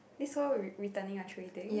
this whole re~ returning the tray thing